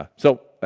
ah so,